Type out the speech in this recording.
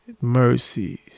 mercies